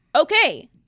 Okay